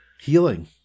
healing